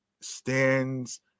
stands